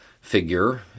figure